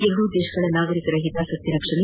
ಎರಡೂ ದೇಶಗಳ ನಾಗರಿಕರ ಒತಾಸಕ್ತಿ ರಕ್ಷಣೆ